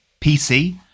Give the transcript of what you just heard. pc